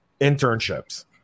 internships